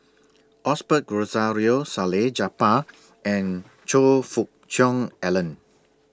Osbert Rozario Salleh Japar and Choe Fook Cheong Alan